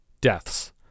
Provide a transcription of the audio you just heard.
deaths